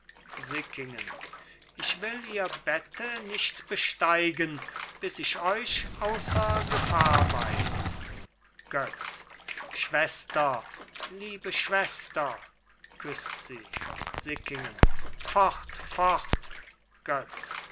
sickingen ich will ihr bette nicht besteigen bis ich euch außer gefahr weiß götz schwester liebe schwester küßt sie sickingen fort fort götz